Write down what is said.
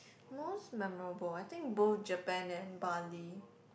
most memorable I think both Japan and Bali